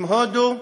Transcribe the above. הודו,